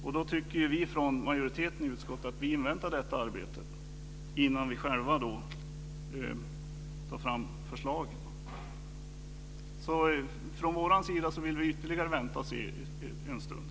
Därför tycker vi i utskottsmajoriteten att vi ska invänta detta arbete för att därefter själva ta fram förslag. Från vår sida vill vi alltså vänta ytterligare ett tag.